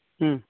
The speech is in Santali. ᱦᱮᱸ